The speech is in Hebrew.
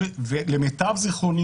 ולמיטב זיכרוני,